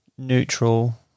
Neutral